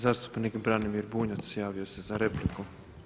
Zastupnik Branimir Bunjac, javio se za repliku.